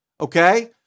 Okay